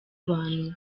abantu